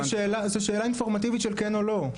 זו שאלה אינפורמטיבית של כן או לא.